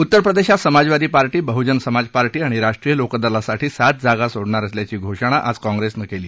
उत्तरप्रदेशात Samajwadi Party Bahujan Samaj Party आणि राष्ट्रीय लोकदलासाठी सात जागा सोडणार असल्याची घोषण आज काँग्रेसनं केली